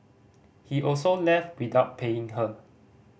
he also left without paying her